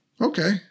Okay